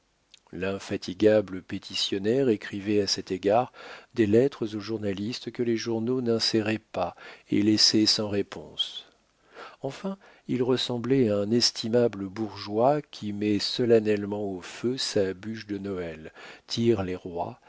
l'infatigable pétitionnaire écrivait à cet égard des lettres aux journaux que les journaux n'inséraient pas et laissaient sans réponse enfin il ressemblait à un estimable bourgeois qui met solennellement au feu sa bûche de noël tire les rois